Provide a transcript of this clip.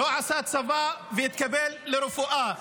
לא עשה צבא והתקבל לרפואה.